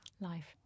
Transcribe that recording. life